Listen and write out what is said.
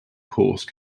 course